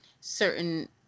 certain